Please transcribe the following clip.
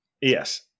yes